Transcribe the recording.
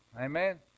amen